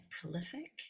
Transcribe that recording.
prolific